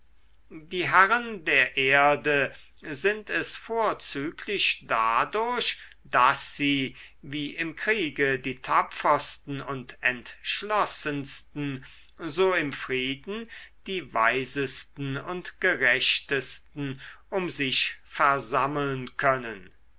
die herren der erde sind es vorzüglich dadurch daß sie wie im kriege die tapfersten und entschlossensten so im frieden die weisesten und gerechtesten um sich versammeln können